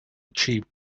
achieve